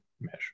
mesh